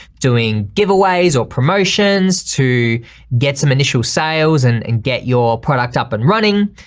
doing giveaways or promotions to get some initial sales and and get your product up and running.